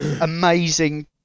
amazing